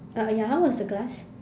uh ya how was the class